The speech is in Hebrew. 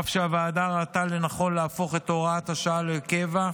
אף שהוועדה ראתה לנכון להפוך את הוראת השעה לקבע,